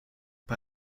bei